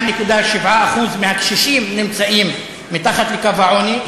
22.7% מהקשישים נמצאים מתחת לקו העוני.